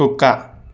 కుక్క